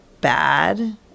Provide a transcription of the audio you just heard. bad